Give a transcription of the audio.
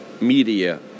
media